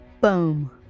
Boom